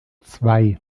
zwei